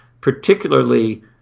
particularly